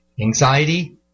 anxiety